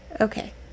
Okay